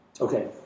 Okay